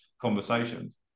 conversations